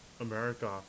america